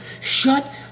shut